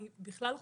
אני בכלל לא